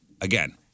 again